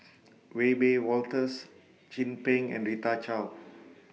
Wiebe Wolters Chin Peng and Rita Chao